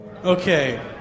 Okay